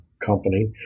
company